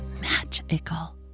magical